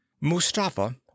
mustafa